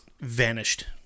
vanished